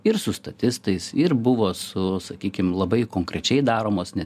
ir su statistais ir buvo su sakykim labai konkrečiai daromos ne